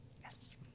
Yes